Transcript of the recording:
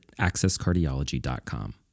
accesscardiology.com